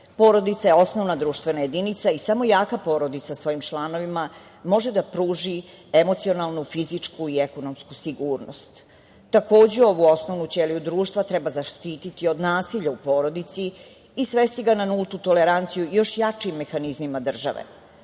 Porodica je osnovna društvena jedinica i samo jaka porodica svojim članovima može da pruži emocionalnu, fizičku i ekonomsku sigurnost. Takođe, ovu osnovnu ćeliju društva treba zaštiti od nasilja u porodici i svesti ga na nultu toleranciju i još jači mehanizmima države.